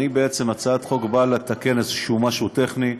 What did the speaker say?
בעצם הצעת החוק באה לתקן משהו טכני.